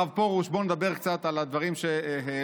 הרב פרוש, בוא נדבר קצת על הדברים שהעלית.